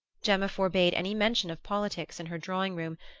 gemma forbade any mention of politics in her drawing-room,